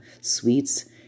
sweets